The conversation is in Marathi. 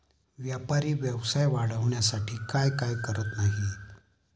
व्यापारी व्यवसाय वाढवण्यासाठी काय काय करत नाहीत